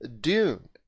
Dune